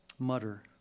mutter